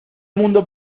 mundo